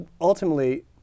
ultimately